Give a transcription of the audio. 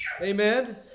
Amen